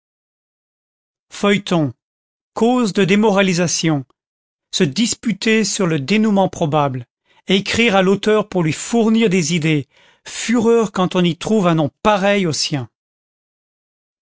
feuilletons cause de démoralisation se disputer sur le dénouement probable ecrire à l'auteur pour lui fournir des idées fureur quand on y trouve un nom pareil au sien